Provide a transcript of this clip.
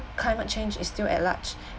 climate change is still at large